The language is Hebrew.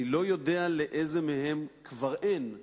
אני לא יודע לאילו מהם כבר אין.